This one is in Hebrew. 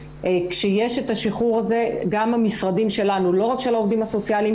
כשיש את השיחרור הזה גם המשרדים שלנו לא רק של העובדים הסוציאליים,